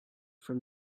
from